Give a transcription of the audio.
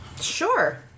Sure